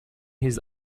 his